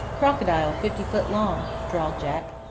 crocodile fifty foot long, drawled jack.